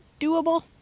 doable